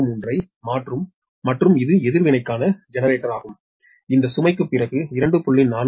33 ஐ மாற்றும் மற்றும் இது எதிர்வினைக்கான ஜெனரேட்டராகும் இந்த சுமைக்குப் பிறகு 2